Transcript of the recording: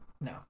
No